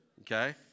okay